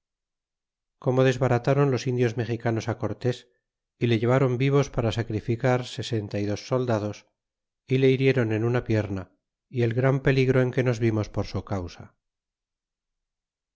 como desbarataron los indios mexicanos á cortes é le lleváron vivos para sacrificar sesenta y dos soldados d le hirieron en una pierna y el gran peligro en que nos vimos por su causa